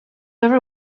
ever